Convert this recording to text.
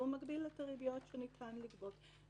והוא מגביל את הריביות שניתן לגבות.